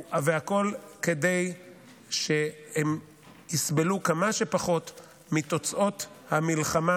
והכול כדי שהם יסבלו כמה שפחות מתוצאות המלחמה